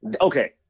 Okay